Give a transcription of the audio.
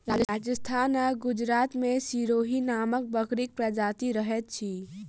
राजस्थान आ गुजरात मे सिरोही नामक बकरीक प्रजाति रहैत अछि